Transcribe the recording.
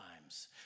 times